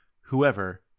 whoever